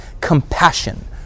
compassion